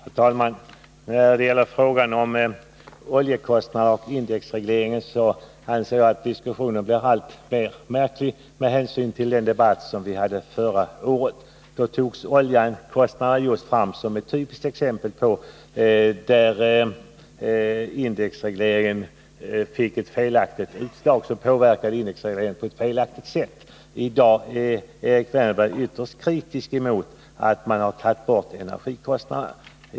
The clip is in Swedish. Herr talman! När det gäller frågan om oljekostnaderna och indexregleringen anser jag att diskussionen blir allt märkligare, med hänsyn till den debatt som vi hade förra året. Då framhölls oljekostnaderna som ett typiskt exempel på vad som påverkade indexregleringen på ett felaktigt sätt. I dag är Erik Wärnberg ytterst kritisk mot att man har tagit bort energikostnaderna.